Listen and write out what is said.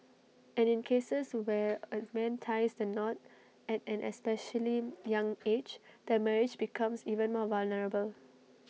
and in cases where A man ties the knot at an especially young age the marriage becomes even more vulnerable